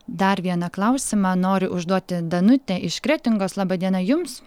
dar vieną klausimą nori užduoti danutė iš kretingos laba diena jums